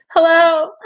Hello